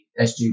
SG